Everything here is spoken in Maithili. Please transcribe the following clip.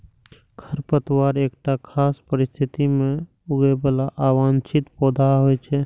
खरपतवार एकटा खास परिस्थिति मे उगय बला अवांछित पौधा होइ छै